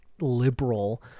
liberal